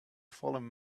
fallen